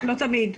לא תמיד.